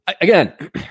Again